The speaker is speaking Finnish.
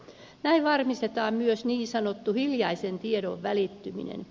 näin varmistetaan myös niin sanottu hiljaisen tiedon välittyminen